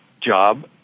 job